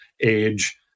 age